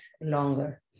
longer